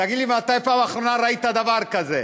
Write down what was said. תגיד לי, מתי בפעם האחרונה ראית דבר כזה?